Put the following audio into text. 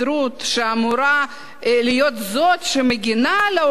שאמורה להיות זאת שמגינה על העובדים,